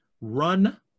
run